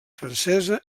francesa